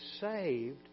saved